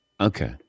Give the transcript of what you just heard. Okay